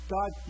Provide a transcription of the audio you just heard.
God